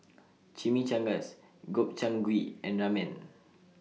Chimichangas Gobchang Gui and Ramen